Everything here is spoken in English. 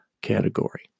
category